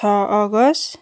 छ अगस्ट